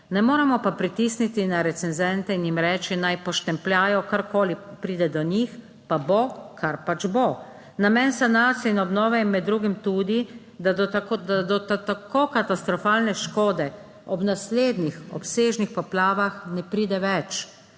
ne moremo pa pritisniti na recenzente in jim reči, naj poštempljajo, karkoli pride do njih, pa bo kar pač bo. Namen sanacije in obnove, je med drugim tudi da do tako katastrofalne škode ob naslednjih obsežnih poplavah ne pride več,.